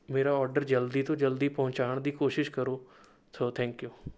ਮੇਰਾ ਆਰਡਰ ਜਲਦੀ ਤੋਂ ਜਲਦੀ ਪਹੁੰਚਾਉਣ ਦੀ ਕੋਸ਼ਿਸ਼ ਕਰੋ ਸੋ ਥੈਂਕ ਯੂ